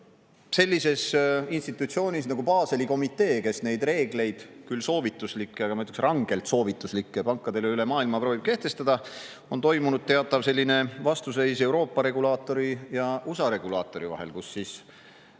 Sellises institutsioonis nagu Baseli komitee, kes neid reegleid – küll soovituslikke, aga ma ütleks, rangelt soovituslikke – pankadele üle maailma proovib kehtestada, on toimunud teatav vastasseis Euroopa regulaatori ja USA regulaatori vahel, kus